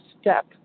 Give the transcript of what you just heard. step